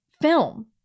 film